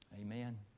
Amen